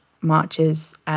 marches